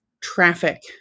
traffic